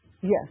Yes